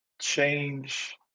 change